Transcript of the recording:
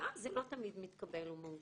ואז זה לא תמיד מתקבל ומאושר,